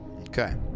Okay